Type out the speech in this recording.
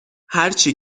هرچی